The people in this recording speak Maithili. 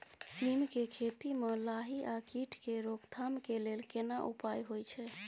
सीम के खेती म लाही आ कीट के रोक थाम के लेल केना उपाय होय छै?